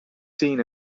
seen